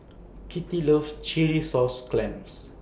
Kittie loves Chilli Sauce Clams